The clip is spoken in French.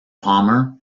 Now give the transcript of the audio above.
palmer